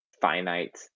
finite